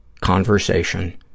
conversation